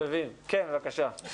בבקשה.